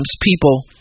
people